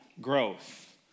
growth